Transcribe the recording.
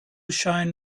shine